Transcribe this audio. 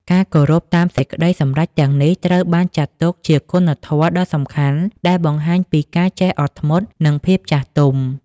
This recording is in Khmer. ការគោរពតាមសេចក្តីសម្រេចទាំងនោះ ត្រូវបានចាត់ទុកជាគុណធម៌ដ៏សំខាន់ ដែលបង្ហាញពីការចេះអត់ធ្មត់ និងភាពចាស់ទុំ។